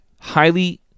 highly